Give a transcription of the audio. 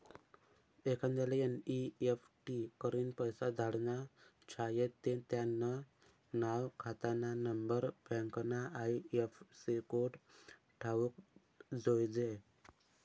एखांदाले एन.ई.एफ.टी करीन पैसा धाडना झायेत ते त्यानं नाव, खातानानंबर, बँकना आय.एफ.सी कोड ठावूक जोयजे